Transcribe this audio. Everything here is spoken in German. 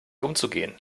umzugehen